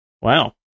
wow